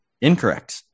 Incorrect